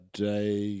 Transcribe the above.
day